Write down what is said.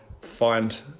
find